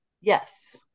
Yes